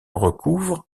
recouvre